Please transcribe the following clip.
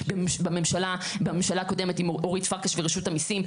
בממשלה הקודמת עם אורית פרקש ורשות המיסים,